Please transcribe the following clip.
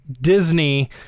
Disney